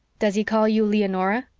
does he call you leonora?